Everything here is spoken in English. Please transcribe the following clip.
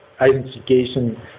identification